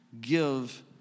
give